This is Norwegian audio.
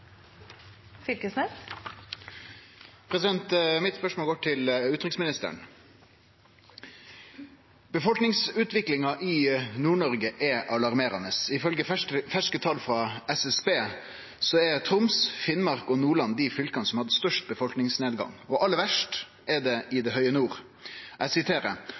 hovedspørsmål. Mitt spørsmål går til utanriksministeren. Befolkningsutviklinga i Nord-Norge er alarmerande. Ifølgje ferske tal frå SSB er Troms, Finnmark og Nordland dei fylka som har hatt størst befolkningsnedgang, og aller verst er det i det høge nord.